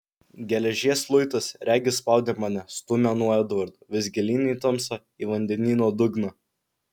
geležies luitas regis spaudė mane stūmė nuo edvardo vis gilyn į tamsą į vandenyno dugną